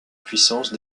puissance